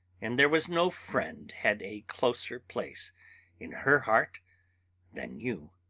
and there was no friend had a closer place in her heart than you.